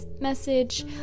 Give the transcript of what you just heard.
message